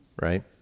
right